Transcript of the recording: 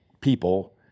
people